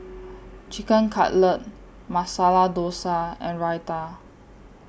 Chicken Cutlet Masala Dosa and Raita